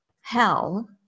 hell